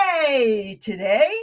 Today